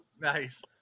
Nice